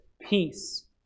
peace